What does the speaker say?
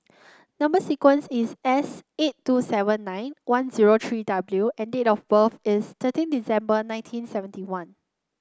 number sequence is S eight two seven nine one zero three W and date of birth is thirteen December nineteen seventy one